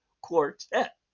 Quartet